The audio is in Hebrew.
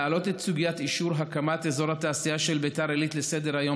להעלות את סוגיית אישור הקמת אזור התעשייה של ביתר עילית לסדר-היום